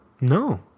No